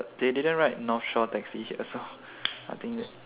they didn't write north shore taxi here so I think that